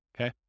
okay